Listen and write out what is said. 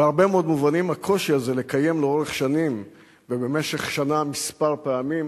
בהרבה מאוד מובנים הקושי הזה לקיים לאורך שנים ובמשך שנה כמה פעמים,